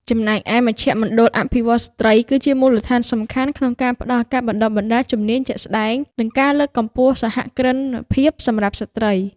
ចំណែកឯ មជ្ឈមណ្ឌលអភិវឌ្ឍន៍ស្ត្រី គឺជាមូលដ្ឋានសំខាន់ក្នុងការផ្តល់ការបណ្តុះបណ្តាលជំនាញជាក់ស្តែង និងការលើកកម្ពស់សហគ្រិនភាពសម្រាប់ស្ត្រី។